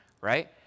right